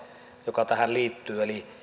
joka tähän liittyy eli